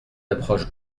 approche